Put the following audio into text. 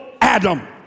Adam